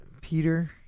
Peter